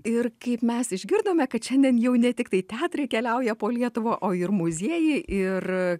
ir kaip mes išgirdome kad šiandien jau ne tiktai teatrai keliauja po lietuvą o ir muziejai ir